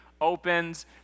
opens